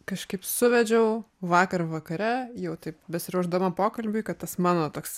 kažkaip suvedžiau vakar vakare jau taip besiruošdama pokalbiui kad tas mano toks